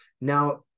Now